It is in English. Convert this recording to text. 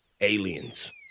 aliens